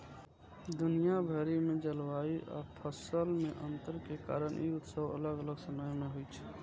दुनिया भरि मे जलवायु आ फसल मे अंतर के कारण ई उत्सव अलग अलग समय मे होइ छै